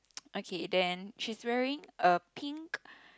okay then she's wearing a pink